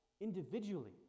individually